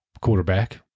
quarterback